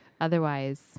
otherwise